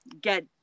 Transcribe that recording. get